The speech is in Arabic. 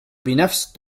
بنفس